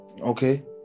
Okay